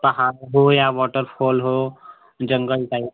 पहाड़ हो या वॉटरफॉल हो जंगल टाइप